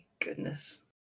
goodness